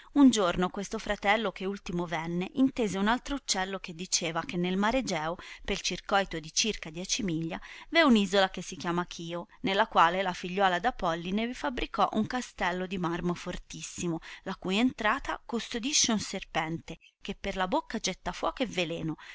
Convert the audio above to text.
un giorno questo fratello che ultimo venne intese un altro uccello che diceva che nel mare egeo pel circoito di circa dieci miglia v è un isola che si chiama chio nella quale la figliuola d polline fabbricò un castello di marmo fortissimo la cui entrata custodisce un serpente che per la bocca getta fuoco e veleno